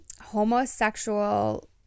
homosexual